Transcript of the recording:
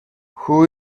who